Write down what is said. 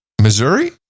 Missouri